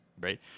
right